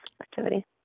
activity